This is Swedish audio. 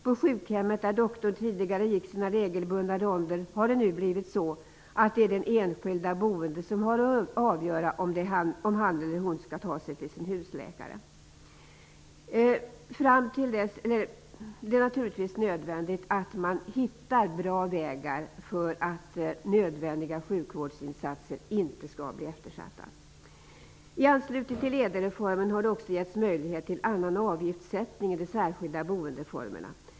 På sjukhemmet där doktorn tidigare gick sina regelbundna ronder är det nu den enskilda boende som har att avgöra om han eller hon skall ta sig till sin husläkare. Det är naturligtvis nödvändigt att man hittar bra vägar för att nödvändiga sjukvårdsinsatser inte skall bli eftersatta. I anslutning till ÄDEL-reformen har det också getts möjligheter till annan avgiftssättning i det särskilda boendeformerna.